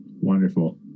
wonderful